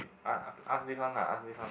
ah ask this one lah ask this one